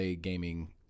gaming